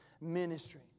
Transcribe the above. ministry